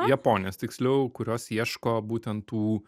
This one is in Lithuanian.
japonės tiksliau kurios ieško būtent tų